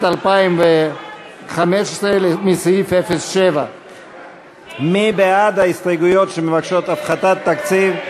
2015 בסעיף 07. מי בעד ההסתייגויות שמבקשות הפחתת תקציב?